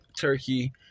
turkey